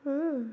ಹ್ಞೂ